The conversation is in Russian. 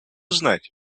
узнать